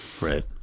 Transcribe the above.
Right